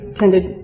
tended